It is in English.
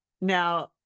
Now